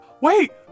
Wait